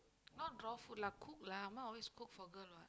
not raw food lah cook lah அம்மா:ammaa always cook for girl what